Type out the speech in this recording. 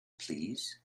please